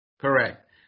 Correct